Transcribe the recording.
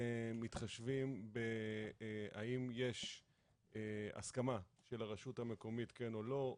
כמובן שאנחנו גם מתחשבים האם יש הסכמה של הרשות המקומית כן או לא.